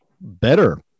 better